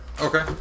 Okay